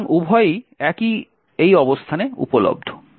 সুতরাং উভয়ই এই অবস্থানে উপলব্ধ